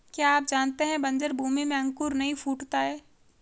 क्या आप जानते है बन्जर भूमि में अंकुर नहीं फूटता है?